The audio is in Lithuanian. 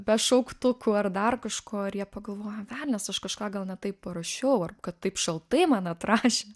be šauktukų ar dar kažko ir jie pagalvoja velnias už kažką gal ne taip parašiau ar kad taip šaltai man atrašė